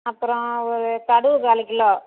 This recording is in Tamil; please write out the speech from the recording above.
அப்புறம் ஒரு கடுகு கால் கிலோ